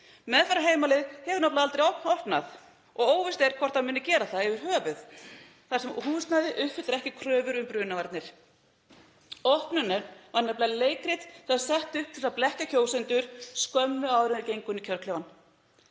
Meðferðarheimilið hefur nefnilega aldrei opnað og óvíst er hvort það muni gera það yfirhöfuð þar sem húsnæðið uppfyllir ekki kröfur um brunavarnir. Opnunin var nefnilega leikrit sem var sett upp til að blekkja kjósendur skömmu áður en þeir gengu inn í kjörklefann.